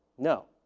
no.